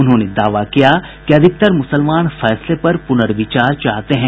उन्होंने दावा किया कि ज्यादातर मुसलमान फैसले पर पुनर्विचार चाहते हैं